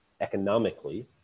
economically